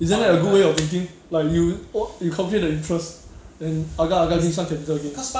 isn't that a good way of thinking like you oh you calculate the interest then agar agar this one capital gain